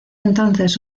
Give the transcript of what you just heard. entonces